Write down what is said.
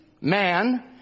man